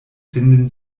finden